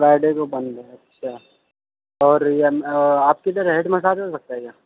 Friday کو بند ہے اچھا اور آپ کے ادھر ہیڈ مساج ہو سکتا ہے کیا